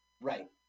Right